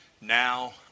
now